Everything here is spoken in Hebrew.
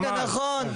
רגע, נכון.